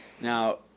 Now